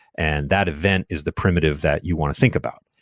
and that event is the primitive that you want to think about,